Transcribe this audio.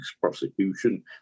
prosecution